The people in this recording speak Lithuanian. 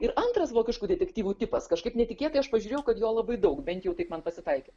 ir antras vokiškų detektyvų tipas kažkaip netikėtai aš pažiūrėjau kad jo labai daug bent jau taip man pasitaikė